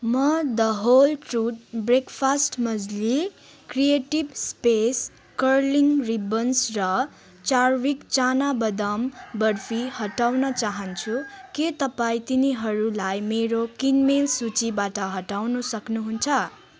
म the whole truth breakfast muesli creative space curling ribbons र चार्भिक चना बदाम बर्फी हटाउन चाहन्छु के तपाईँ तिनीहरूलाई मेरो किनमेल सूचीबाट हटाउनु सक्नुहुन्छ